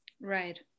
right